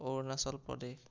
Arunachal Pradesh